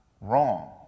wrong